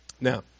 now